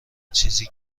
چیزی